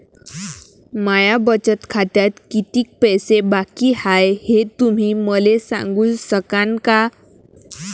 माया बचत खात्यात कितीक पैसे बाकी हाय, हे तुम्ही मले सांगू सकानं का?